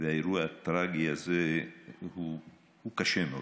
האירוע הטרגי הזה הוא קשה מאוד.